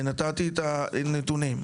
ונתתי את הנתונים,